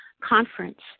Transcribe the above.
conference